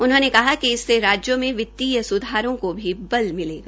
उन्होंने कहा कि इस मे राज्यों में वित्तीय सुधारों को भी बल मिलेगा